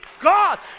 god